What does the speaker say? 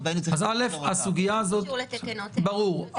זה לא קשור לתקנות --- ברור.